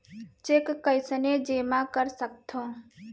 Cheque कईसने जेमा कर सकथो?